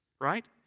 Right